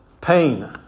pain